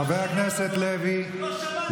חבר הכנסת לוי,